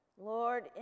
lord